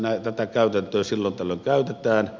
tätä käytäntöä silloin tällöin käytetään